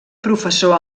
professor